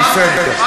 זה בסדר.